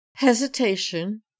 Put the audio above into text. Hesitation